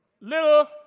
little